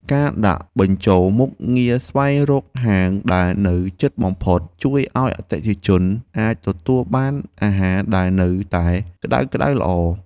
ការដាក់បញ្ចូលមុខងារស្វែងរកហាងដែលនៅជិតបំផុត ជួយឱ្យអតិថិជនអាចទទួលបានអាហារដែលនៅតែក្តៅៗល្អ។